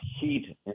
heat